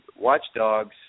watchdogs –